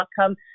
outcome